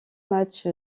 match